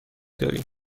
داریم